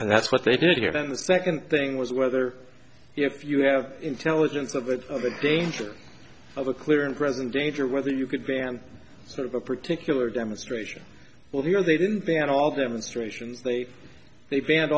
and that's what they did here then the second thing was whether if you have intelligence of it's of a danger of a clear and present danger whether you could ban sort of a particular demonstration well here they didn't ban all demonstrations they they fanned